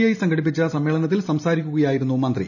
I സംഘടിപ്പിച്ച സമ്മേളനത്തിൽ സംസാരിക്കുകയായിരുന്നു മന്ത്രി